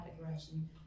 aggression